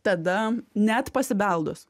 tada net pasibeldus